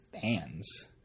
fans